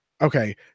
Okay